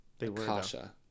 Akasha